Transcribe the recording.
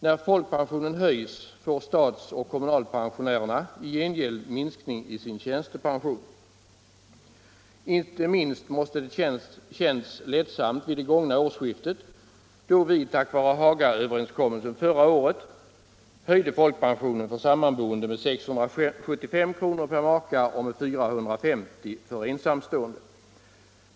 När folkpensionen höjs = m.m. får statsoch kommunalpensionärerna i gengäld minskning i sin tjänstepension. Inte minst måste det ha känts ledsamt för dessa vid det gångna årsskiftet då vi — tack vare Hagaöverenskommelsen förra året —- höjde folkpensionen för sammanboende med 675 kr. för makar och med 450 kr. för ensamstående.